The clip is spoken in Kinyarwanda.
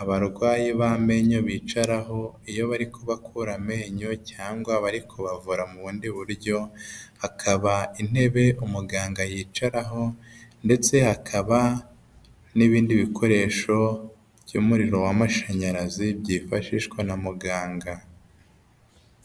abarwayi b'amenyo bicaraho iyo bari kubakura amenyo cyangwa bari kubavura mu bundi buryo, hakaba intebe umuganga yicaraho ndetse hakaba n'ibindi bikoresho by'umuriro w'amashanyarazi byifashishwa na muganga.